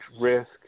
risk